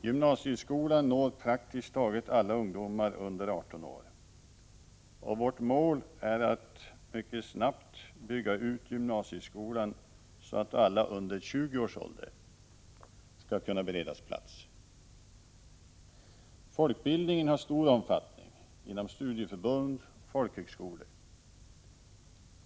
Gymnasieskolan når praktiskt taget alla ungdomar under 18 år, och vårt mål är att mycket snabbt bygga ut gymnasieskolan så att alla under 20 års ålder skall kunna beredas plats. Folkbildningen har stor omfattning, inom studieförbund och folkhögskolor.